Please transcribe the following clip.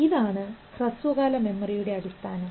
ഇതാണ് ഹ്രസ്വകാല മെമ്മറിയുടെ അടിസ്ഥാനം